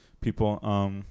people